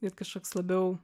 ir kažkoks labiau